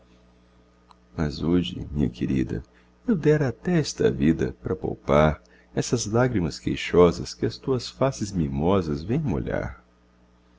mas hoje minha querida eu dera até esta vida pra poupar essas lágrimas queixosas que as tuas faces mimosas vêm molhar